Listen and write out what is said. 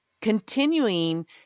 continuing